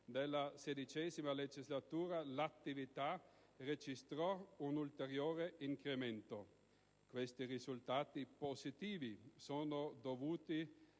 della XVI legislatura, l'attività registrò un ulteriore incremento. Questi risultati positivi sono dovuti